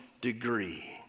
degree